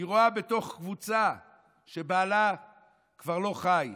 היא ראתה בתוך קבוצה שבעלה כבר לא חי.